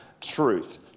truth